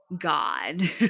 God